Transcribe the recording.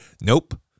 Nope